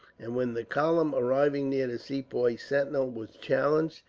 and when the column, arriving near the sepoy sentinel, was challenged,